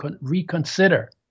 reconsider